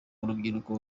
urubyiruko